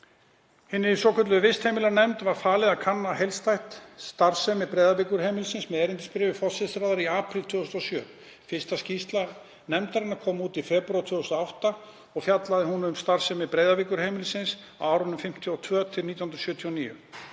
Hinni svokölluðu vistheimilanefnd var falið að kanna heildstætt starfsemi Breiðavíkurheimilisins með erindisbréfi forsætisráðherra í apríl 2007. Fyrsta skýrsla nefndarinnar kom út í febrúar 2008 og fjallaði hún um starfsemi Breiðavíkurheimilisins á árinu 1952–1979.